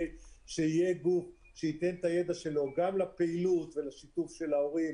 שיהיה גוף שייתן את הידע שלו גם לפעילות ולשיתוף ההורים